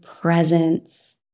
presence